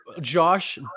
Josh